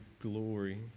glory